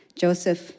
Joseph